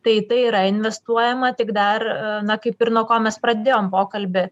tai į tai yra investuojama tik dar na kaip ir nuo ko mes pradėjom pokalbį